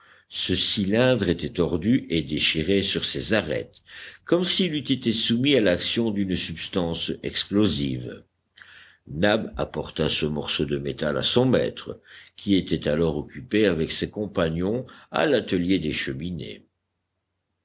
ce cylindre était tordu et déchiré sur ses arêtes comme s'il eût été soumis à l'action d'une substance explosive nab apporta ce morceau de métal à son maître qui était alors occupé avec ses compagnons à l'atelier des cheminées